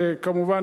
כמובן,